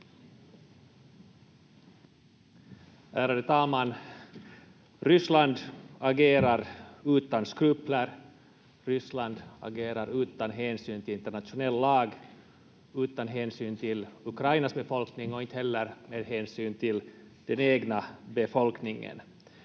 Ärade talman! Ryssland agerar utan skrupler. Ryssland agerar utan hänsyn till internationell lag, utan hänsyn till Ukrainas befolkning och inte heller med hänsyn till den egna befolkningen.